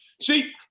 See